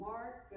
Mark